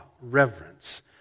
reverence